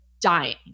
dying